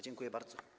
Dziękuję bardzo.